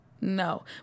no